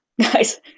guys